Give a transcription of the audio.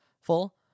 full